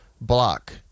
block